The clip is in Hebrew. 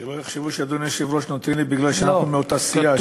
שלא יחשבו שהאדון היושב-ראש נותן לי כי אנחנו מאותה סיעה,